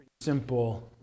simple